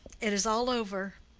it is all over.